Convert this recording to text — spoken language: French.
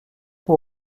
pour